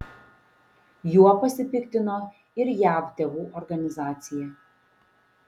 juo pasipiktino ir jav tėvų organizacija